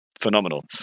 phenomenal